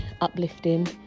uplifting